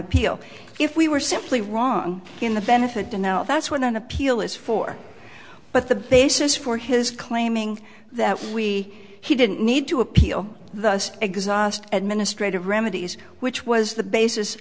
appeal if we were simply wrong in the benefit to now that's when an appeal is for but the basis for his claiming that we he didn't need to appeal thus exhaust administrative remedies which was the basis